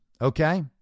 Okay